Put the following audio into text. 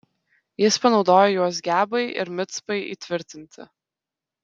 jis panaudojo juos gebai ir micpai įtvirtinti